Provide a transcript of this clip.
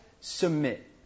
submit